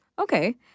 Okay